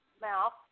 mouth